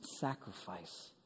sacrifice